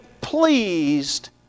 pleased